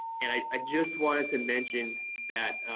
and i ah just wanted to mention that